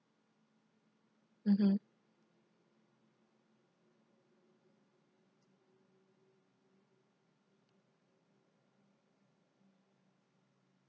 mmhmm